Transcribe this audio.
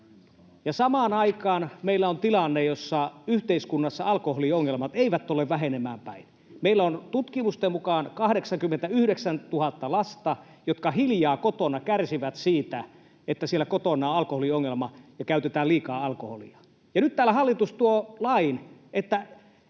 Samaan aikaan meillä on tilanne, että yhteiskunnassa alkoholiongelmat eivät ole vähenemään päin. Meillä on tutkimusten mukaan 89 000 lasta, jotka hiljaa kotona kärsivät siitä, että siellä kotona on alkoholiongelma ja käytetään liikaa alkoholia, ja nyt täällä hallitus tuo lain, että